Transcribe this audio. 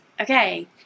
okay